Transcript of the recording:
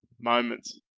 moments